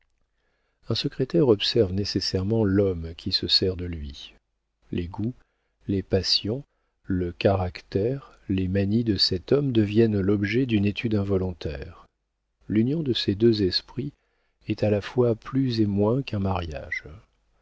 un secrétaire observe nécessairement l'homme qui se sert de lui les goûts les passions le caractère les manies de cet homme deviennent l'objet d'une étude involontaire l'union de ces deux esprits est à la fois plus et moins qu'un mariage